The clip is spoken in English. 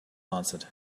answered